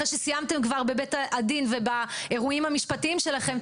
אחרי שסיימתם כבר בבית הדין ובאירועים המשפטיים שלכם,